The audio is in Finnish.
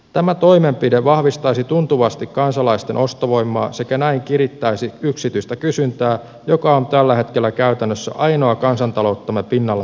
tämä toimenpide vahvistaisi tuntuvasti kansalaisten ostovoimaa sekä näin kirittäisi yksityistä kysyntää joka on tällä hetkellä käytännössä ainoa kansantalouttamme pinnalla pitävä tekijä